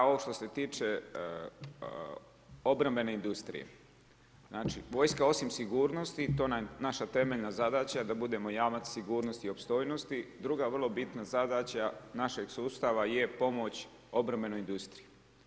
A ovo što se tiče obrambene industrije, vojska osim sigurnosti, to nam je naša temeljna zadaća, da budemo jamac sigurnosti i opstojnosti, druga vrlo bitna zadaća našeg sustava je pomoć obrambenoj industriji.